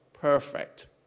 perfect